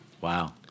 Wow